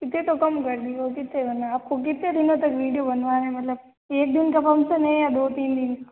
इतने तो कम कर दिए और कितने करना है आपको कितने दिनों तक वीडियो बनवाना है मतलब एक दिन का फंक्शन है या दो तीन दिन का